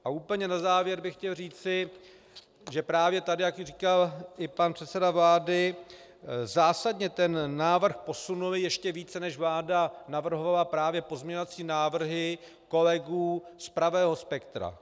A úplně na závěr bych chtěl říci, že právě tady, jak říkal i pan předseda vlády, zásadně ten návrh posunuly ještě více, než vláda navrhovala, právě pozměňovací návrhy kolegů z pravého spektra.